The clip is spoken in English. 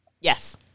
Yes